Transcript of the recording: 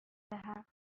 دهم